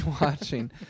watching